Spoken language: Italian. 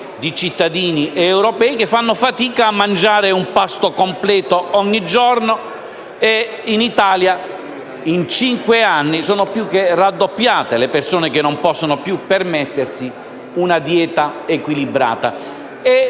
di cittadini europei che fanno fatica a mangiare un pasto completo ogni giorno. In Italia, in cinque anni, sono più che raddoppiate le persone che non possono più permettersi una dieta equilibrata.